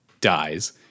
dies